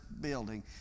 building